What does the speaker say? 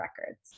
records